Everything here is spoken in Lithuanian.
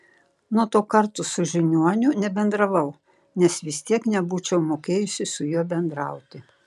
nuo to karto su žiniuoniu nebendravau nes vis tiek nebūčiau mokėjusi su juo bendrauti